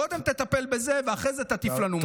קודם תטפל בזה, ואחרי זה תטיף לנו מוסר.